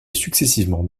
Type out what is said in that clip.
successivement